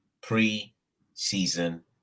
pre-season